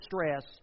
stress